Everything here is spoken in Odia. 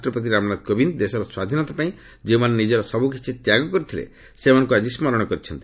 ରାଷ୍ଟ୍ରପତି ରାମନାଥ କୋବିନ୍ଦ ଦେଶର ସ୍ୱାଧୀନତା ପାଇଁ ଯେଉଁମାନେ ନିକର ସବୁକିଛି ତ୍ୟାଗ କରିଥିଲେ ସେମାନଙ୍କୁ ଆଜି ସ୍କରଣ କରିଛନ୍ତି